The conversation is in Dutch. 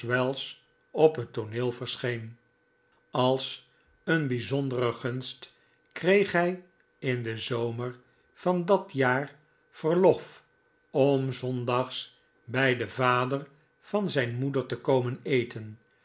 op het tooneel verscheen als een bijzondere gunstkreeg hij in den zomer van dat jaar verlof om des zondags bij den vader van zijne moeder te komen eten